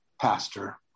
pastor